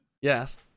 Yes